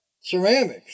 ceramics